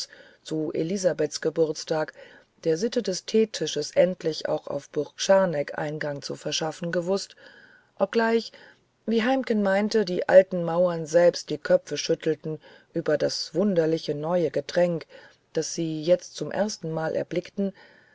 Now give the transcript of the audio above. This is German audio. zu elisabeths geburtstag der sitte des teetisches endlich auch auf burg scharneck eingang zu verschaffen gewußt obgleich wie heimken meinte die alten mauern selbst die köpfe schüttelten über das wunderliche neue getränk das sie jetzt zum ersten male erblickten